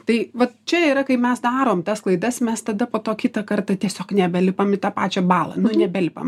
tai vat čia yra kai mes darom tas klaidas mes tada po to kitą kartą tiesiog nebelipam į tą pačią balą nu nebelipam